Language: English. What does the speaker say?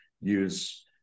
use